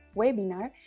webinar